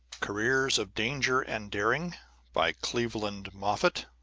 careers of danger and daring by cleveland moffett